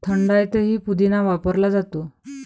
थंडाईतही पुदिना वापरला जातो